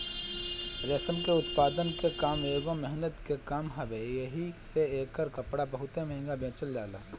रेशम के उत्पादन के काम एगो मेहनत के काम हवे एही से एकर कपड़ा बहुते महंग बेचल जाला